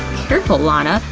careful lana,